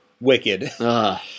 Wicked